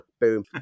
boom